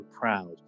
proud